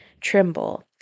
trimble